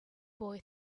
boy